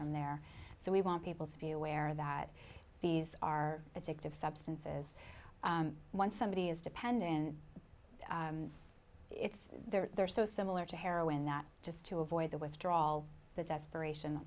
from there so we want people to be aware that these are addictive substances when somebody is dependent and it's there they're so similar to heroin that just to avoid the withdrawal the desperation